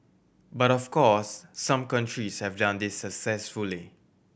but of course some countries have done this successfully